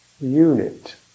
unit